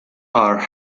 our